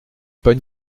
pas